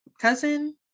cousin